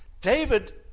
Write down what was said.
David